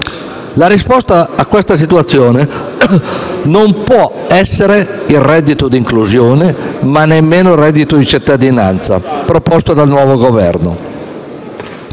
La risposta a questa situazione non può essere il reddito di inclusione, ma nemmeno il reddito di cittadinanza proposto dal nuovo Governo.